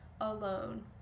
alone